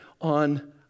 on